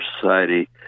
society